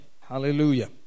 Hallelujah